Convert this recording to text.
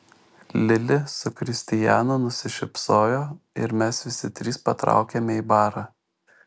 lili su kristijanu nusišypsojo ir mes visi trys patraukėme į barą